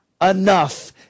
enough